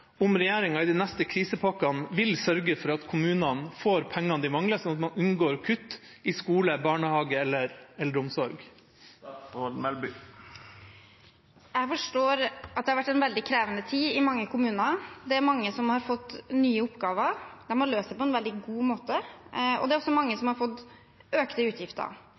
om regjeringa i de neste krisepakkene vil sørge for at kommunene får pengene de mangler, sånn at man unngår kutt i skole, barnehage eller eldreomsorg. Jeg forstår at det har vært en veldig krevende tid i mange kommuner. Det er mange som har fått nye oppgaver. De har løst dem på en veldig god måte. Og det er også mange som har fått økte utgifter.